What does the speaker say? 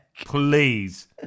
Please